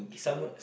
true